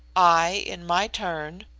i, in my turn,